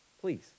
please